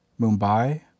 Mumbai